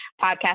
Podcast